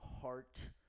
heart